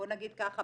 בוא נגיד ככה,